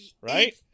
Right